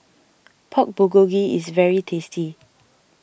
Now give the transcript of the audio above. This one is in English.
Pork Bulgogi is very tasty